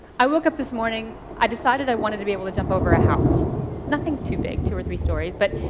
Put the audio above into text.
i woke up this morning, i decided i wanted to be able to jump over a house nothing too big, two or three stories but,